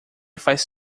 faz